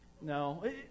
No